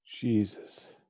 jesus